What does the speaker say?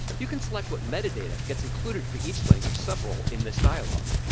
you can select what metadata gets included for each language sub role in this dialogue.